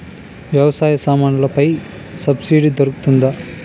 వ్యవసాయ సామాన్లలో పై సబ్సిడి దొరుకుతుందా?